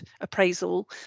appraisal